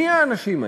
מי הם האנשים האלה?